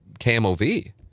KMOV